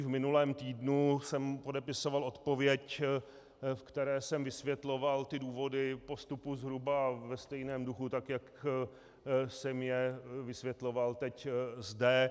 V minulém týdnu jsem podepisoval odpověď, ve které jsem vysvětloval důvody postupu zhruba ve stejném duchu tak, jak jsem je vysvětloval teď zde.